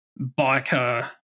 biker